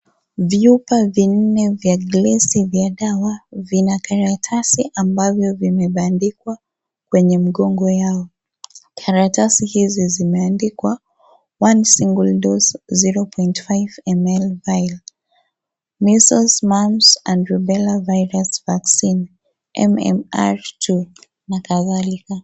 Vyupa vinne vya glasi vya dawa vina karatasi ambavyo vimebandikwa kwenye mgongo yao. Karatasi hizi zimeandikwa one single dose 0.5ml, measles, mumps and rubella virus vaccine MMR two na kadhalika.